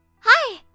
hi